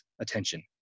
attention